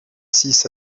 six